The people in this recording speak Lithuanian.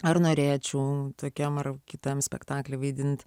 ar norėčiau tokiam ar kitam spektaklyje vaidinti